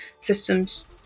systems